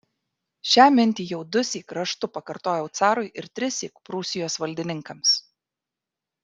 šią mintį jau dusyk raštu pakartojau carui ir trissyk prūsijos valdininkams